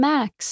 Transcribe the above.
Max